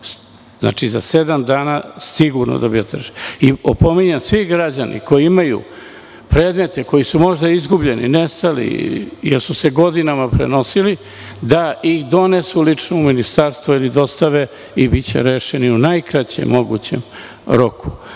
Znači, za sedam dana sigurno dobijate rešenje. Opominjem, svi građani koji imaju predmete koji su možda izgubljeni ili su nestali jer su se godinama prenosili, da ih donesu lično u ministarstvo ili dostave i biće rešeni u najkraćem mogućem roku. Prema